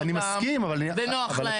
ונוח להן.